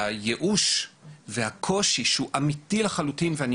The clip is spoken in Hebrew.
שהייאוש והקושי שהוא אמיתי לחלוטין ואני